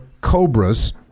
Cobras